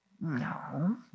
No